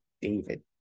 david